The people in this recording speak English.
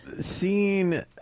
Seeing